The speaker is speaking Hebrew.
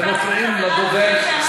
אתם מפריעים לדובר.